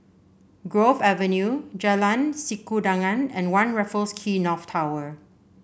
Grove Avenue Jalan Sikudangan and One Raffles Quay North Tower